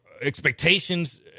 expectations